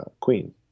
queen